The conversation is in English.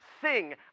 sing